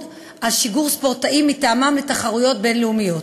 על שיגור ספורטאים מטעמם לתחרויות בין-לאומיות.